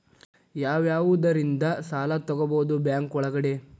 ಯಾವ್ಯಾವುದರಿಂದ ಸಾಲ ತಗೋಬಹುದು ಬ್ಯಾಂಕ್ ಒಳಗಡೆ?